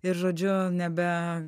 ir žodžiu ne be